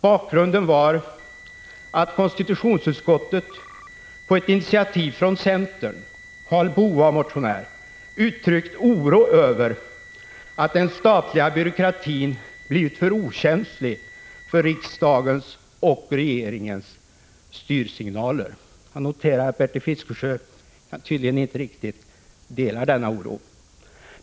Bakgrunden var att konstitutionsutskottet på ett initiativ från centern — Karl Boo var motionär — uttryckt oro över att den statliga byråkratin blivit för okänslig för riksdagens och regeringens styrsignaler. Jag noterar att Bertil Fiskesjö tydligen inte riktigt delar denna oro.